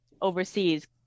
overseas